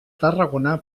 tarragona